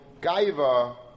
Gaiva